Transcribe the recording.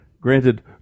granted